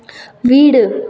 வீடு